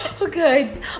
okay